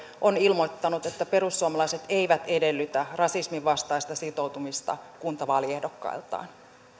on ilmoittanut että perussuomalaiset eivät edellytä rasismin vastaista sitoutumista kuntavaaliehdokkailtaan